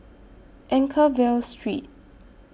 Anchorvale Street